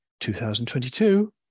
2022